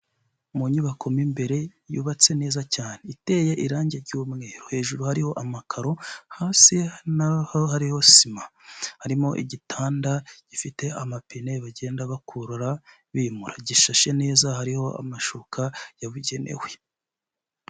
Mu nyubako mo imbere yubatse neza cyane, iteye irangi ry'umweru, hejuru hariho amakaro, hasi na ho hariho sima, harimo igitanda gifite amapine bagenda bakurura, bimura. Gisashe neza, hariho amashuka yabugenewe.